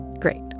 Great